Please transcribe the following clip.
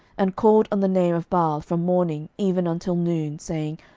and called on the name of baal from morning even until noon, saying,